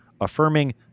affirming